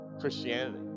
Christianity